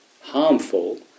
harmful